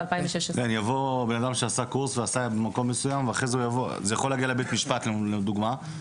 יבוא אדם שעשה קורס במקום מסוים וזה יכול להגיע לבית משפט לדוגמה,